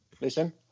listen